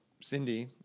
Cindy